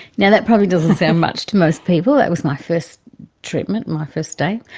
yeah that probably doesn't sound much to most people, that was my first treatment, my first day,